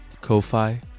Ko-Fi